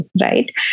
Right